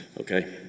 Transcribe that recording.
Okay